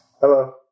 Hello